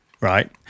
right